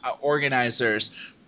organizers